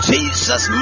Jesus